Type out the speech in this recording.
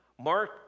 Mark